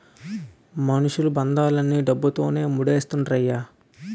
మనుషులు బంధాలన్నీ డబ్బుతోనే మూడేత్తండ్రయ్య